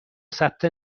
ثبت